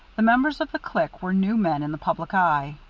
the members of the clique were new men in the public eye.